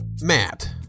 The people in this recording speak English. Matt